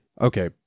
Okay